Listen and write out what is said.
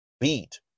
beat